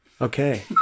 Okay